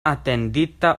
atendita